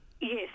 Yes